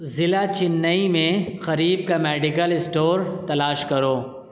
ضلع چینئی میں قریب کا میڈیکل اسٹور تلاش کرو